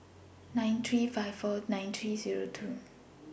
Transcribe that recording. nine three five four nine three Zero two